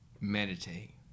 meditate